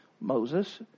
Moses